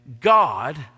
God